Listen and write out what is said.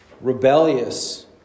rebellious